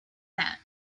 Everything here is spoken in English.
that